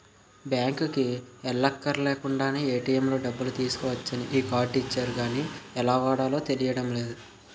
బాంకుకి ఎల్లక్కర్లేకుండానే ఏ.టి.ఎం లో డబ్బులు తీసుకోవచ్చని ఈ కార్డు ఇచ్చారు గానీ ఎలా వాడాలో తెలియడం లేదు